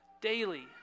daily